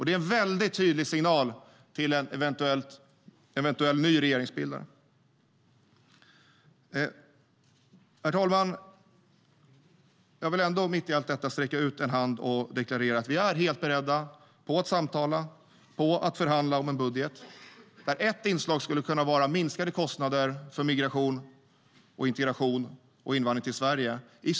Det är en väldigt tydlig signal till en eventuellt ny regeringsbildare. Jag vill ändå, mitt i allt detta, sträcka ut en hand och deklarera att vi är helt beredda att samtala och förhandla om en budget där ett inslag skulle kunna vara minskade kostnader för migration, integration och invandring till Sverige.